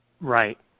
Right